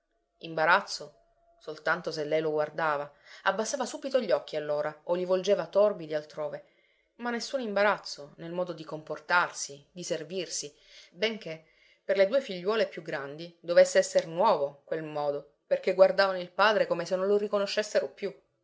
imbarazzo soltanto se lei lo guardava a nessun imbarazzo nel modo di comportarsi di servirsi benché per le due figliuole più grandi dovesse esser nuovo quel modo perché guardavano il padre come se non lo riconoscessero più